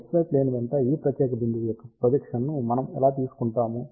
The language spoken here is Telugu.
కాబట్టి xy ప్లేన్ వెంట ఈ ప్రత్యేక బిందువు యొక్క ప్రొజెక్షన్ను మనం ఎలా తీసుకుంటాము